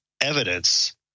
evidence